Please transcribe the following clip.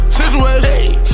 situation